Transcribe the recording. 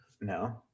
No